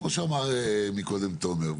כמו שאמר מקודם תומר,